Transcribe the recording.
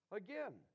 again